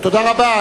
תודה רבה.